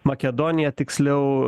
makedonija tiksliau